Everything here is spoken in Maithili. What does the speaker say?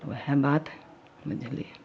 वएह बात बुझलियै